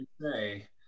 say